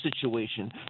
situation